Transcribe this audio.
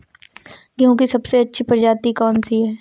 गेहूँ की सबसे अच्छी प्रजाति कौन सी है?